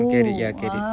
he carried ya carried